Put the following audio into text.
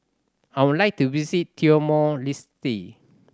I would like to visit Timor Leste